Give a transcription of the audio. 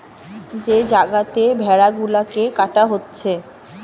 যে জাগাতে ভেড়া গুলাকে কাটা হচ্ছে